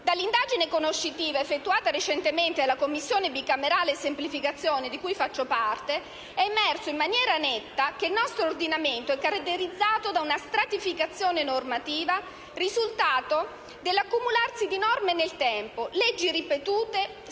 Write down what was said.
Dall'indagine conoscitiva effettuata recentemente dalla Commissione parlamentare per la semplificazione, di cui faccio parte, è emerso in maniera netta che il nostro ordinamento è caratterizzato da una stratificazione normativa, risultato dell'accumularsi di norme nel tempo, leggi ripetute spesso